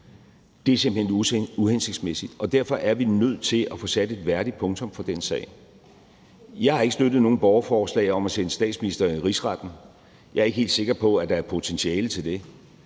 Det er simpelt hen uhensigtsmæssigt, og derfor er vi nødt til at få sat et værdigt punktum i den sag. Jeg har ikke støttet nogen borgerforslag om at sende statsministeren i Rigsretten. Jeg er ikke helt sikker på, at der er potentiale til det.